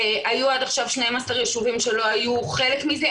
היו עד עכשיו 12 יישובים שלא היו חלק מזה,